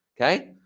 Okay